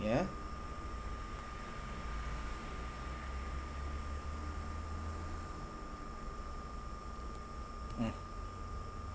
ya mm